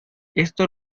esto